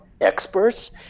experts